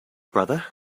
brother